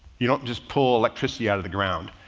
you don't just pull electricity out of the ground.